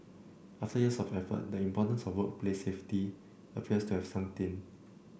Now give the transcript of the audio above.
after years of effort the importance of workplace safety appears to have sunked in